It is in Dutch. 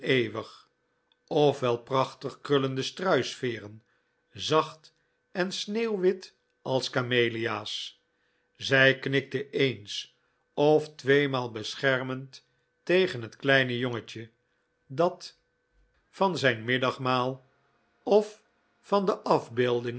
wel prachtig krullende struisveeren zacht en sneeuwwit als camelia's zij knikte eens of tweemaal beschermend tegen het kleine jongetje dat van zijn middagmaal of van de afbeeldingen